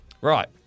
Right